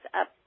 up